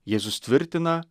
jėzus tvirtina